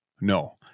no